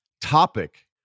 topic